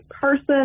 person